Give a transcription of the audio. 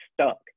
stuck